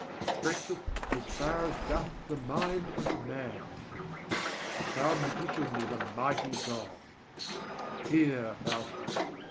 stretcheth as far as doth the mind of man a sound magician is a mighty god here, faustus,